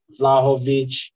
Vlahovic